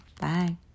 Bye